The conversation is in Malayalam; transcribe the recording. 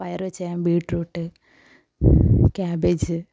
പയർ വച്ച് ചെയ്യാം ബീറ്റ്റൂട്ട് കാബ്ബേജ്